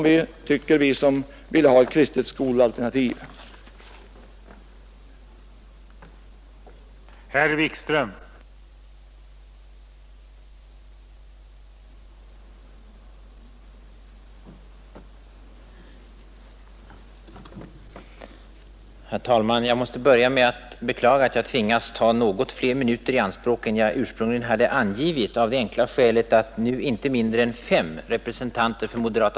Vi som vill ha ett kristet skolalternativ tycker så.